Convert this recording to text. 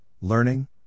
Learning